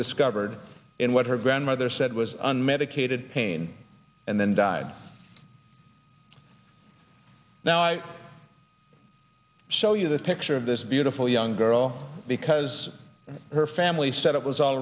discovered in what her grandmother said was unmedicated pain and then died now i show you this picture of this beautiful young girl because her family said it was all